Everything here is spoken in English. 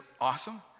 awesome